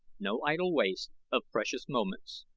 no idle waste of precious moments.